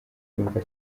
yumva